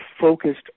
focused